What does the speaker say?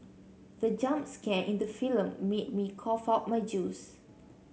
the jump scare in the film made me cough out my juice